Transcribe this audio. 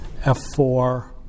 F4